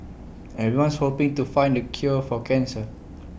everyone's hoping to find the cure for cancer